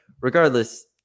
regardless